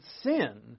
sin